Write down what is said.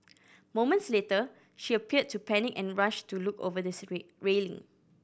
moments later she appeared to panic and rushed to look over the railing